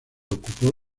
ocupó